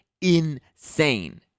insane